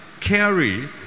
carry